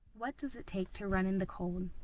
what does it take to run in the cold?